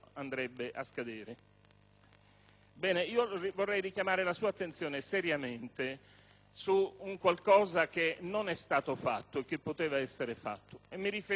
scadere. Vorrei richiamare la sua attenzione su un qualcosa che non è stato fatto e che poteva essere fatto